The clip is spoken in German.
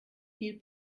viel